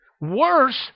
Worse